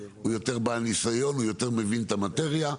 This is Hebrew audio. אלא הוא יותר בעל ניסיון והוא יותר מבין את המטריה,